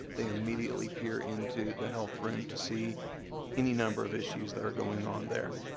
they immediately peer into the health room to see any number of issues that are going on there.